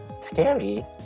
scary